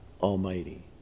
Almighty